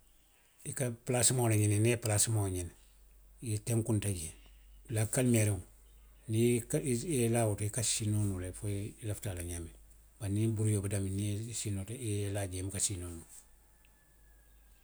A ka palaasimaŋo le ňiniŋ, niŋ i ye palaasimaŋo ňiniŋ, niŋ i tenkunta jee, dulaa kalimeeriŋo, niŋ i, i ye laa woto i ka siinoo noo le fo i ye, i lafitaa a la ňaamiŋ. bari niŋ buriwiyoo be daamiŋ niŋ i siinoota, niŋ i ye laa jee i buka siinoo noo.